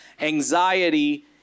anxiety